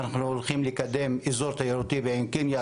ואנחנו הולכים לקדם אזור תיירותי בעין קנייא,